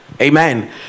Amen